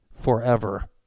forever